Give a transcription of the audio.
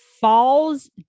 Fall's